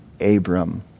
Abram